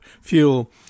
fuel